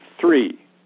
Three